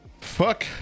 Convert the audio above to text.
fuck